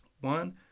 One